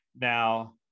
now